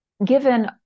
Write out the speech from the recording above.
given